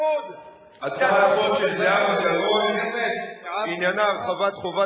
הצעת החוק של זהבה גלאון שעניינה הרחבת חובת